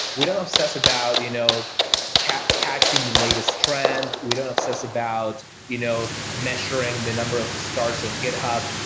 we don't obsess about you know catching catching the latest trend. we don't obsess about you know measuring the number of stars in github,